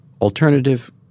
alternative